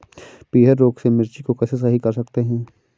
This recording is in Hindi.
पीहर रोग से मिर्ची को कैसे सही कर सकते हैं?